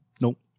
nope